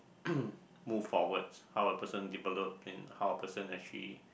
move forward how a person develop in how a person actually